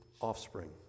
offspring